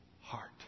heart